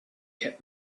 kept